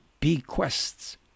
bequests